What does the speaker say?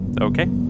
Okay